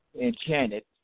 enchanted